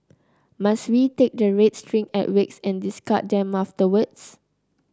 must we take the red string at wakes and discard them afterwards